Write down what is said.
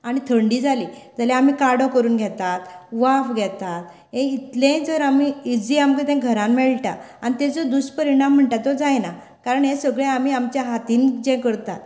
आनी थंडी जाली जाल्यार आमी काडो करून घेतात वाफ घेतात हें इतलेंय जर आमी इजी आमकां तें घरान मेळटा आनी तेजो दुस परिणाम म्हणटा तो जायना कारण हें सगळें आमी आमच्या हातीन जें करतात